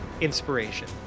inspiration